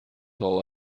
all